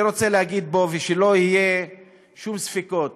אני רוצה להגיד פה, ושלא יהיו שום ספקות: